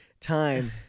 time